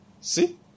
See